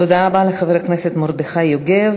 תודה רבה לחבר הכנסת מרדכי יוגב.